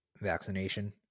vaccination